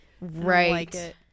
right